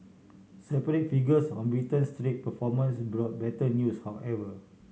separate figures on Britain's trade performance brought better news however